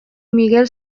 miguel